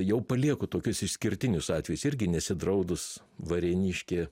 jau palieku tokius išskirtinius atvejus irgi nesidraudus varėniškė